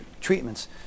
treatments